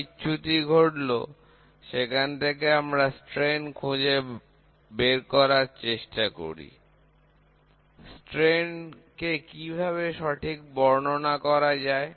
বিচ্যুতির পরিমাণ থেকে থেকে আমরা স্ট্রেন খুঁজে বের করার চেষ্টা করি বিকৃতি কে কিভাবে সঠিক বর্ণনা করা যায়